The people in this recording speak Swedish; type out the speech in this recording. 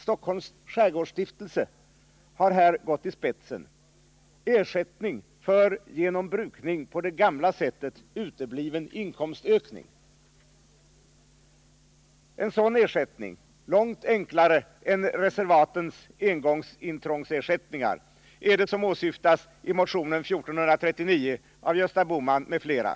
Stockholms skärgårdsstiftelse har här gått i spetsen med ersättning för genom brukning på det gamla sättet utebliven inkomstökning. En sådan ersättning, långt enklare än reservatens engångsintrångsersättningar, är det som åsyftats i motionen 1439 av Gösta Bohman m.fl.